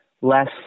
less